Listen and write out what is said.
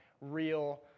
real